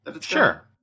Sure